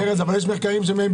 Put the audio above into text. אמרתי שאין לי שום קשר עסקי.